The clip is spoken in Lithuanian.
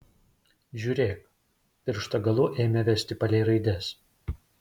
žiūrėk piršto galu ėmė vesti palei raides